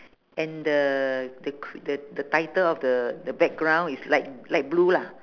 and the the cr~ the the title of the the background is light light blue lah